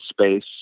space